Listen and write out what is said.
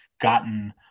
gotten